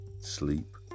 sleep